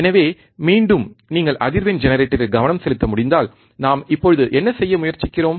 எனவே மீண்டும் நீங்கள் அதிர்வெண் ஜெனரேட்டரில் கவனம் செலுத்த முடிந்தால் நாம் இப்போது என்ன செய்ய முயற்சிக்கிறோம்